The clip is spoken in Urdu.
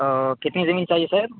او کتنی زمین چاہیے سر